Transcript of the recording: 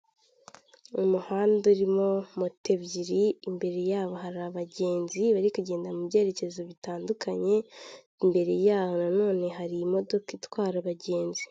Umuhanda urimo moto ebyiri, imbere y'aho hari abagenzi bari kugenda mu byerekezo bitandukanye, imbere y'aho na none hari abagenzi.